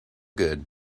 good